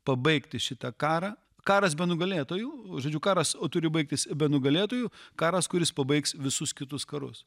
pabaigti šitą karą karas be nugalėtojų žodžiu karas o turi baigtis be nugalėtojų karas kuris pabaigs visus kitus karus